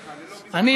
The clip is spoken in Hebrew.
אני,